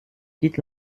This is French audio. quitte